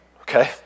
okay